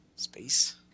space